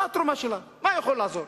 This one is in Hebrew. מה התרומה שלה, מה היא יכולה לעזור?